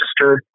registered